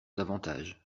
davantage